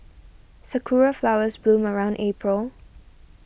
sakura flowers bloom around April